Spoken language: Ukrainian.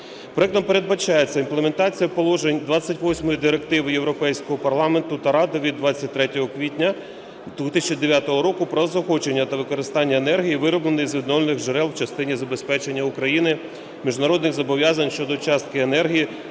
Проектом передбачається імплементація положень 28 Директиви Європейського парламенту та Ради від 23 квітня 2009 року про заохочення та використання енергії, виробленої з відновлювальних джерел, в частині забезпечення Україною міжнародних зобов'язань щодо частки енергії